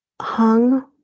hung